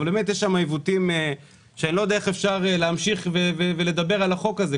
אבל יש שם עיוותים שאני לא יודע איך אפשר להמשיך ולדבר על החוק הזה,